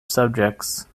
subjects